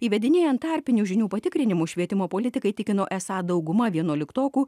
įvedinėjant tarpinių žinių patikrinimų švietimo politikai tikino esą dauguma vienuoliktokų